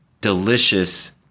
delicious